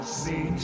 see